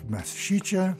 mes šičia